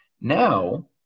Now